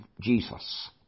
Jesus